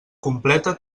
completa